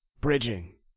bridging